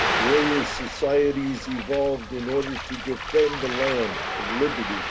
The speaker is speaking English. warrior societies evolved in order to defend the land and liberties